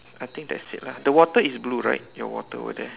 I think that's it lah the water is blue right your water over there